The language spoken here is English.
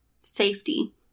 safety